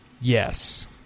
Yes